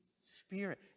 spirit